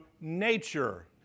nature